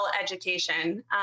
education